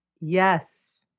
Yes